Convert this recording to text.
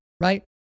right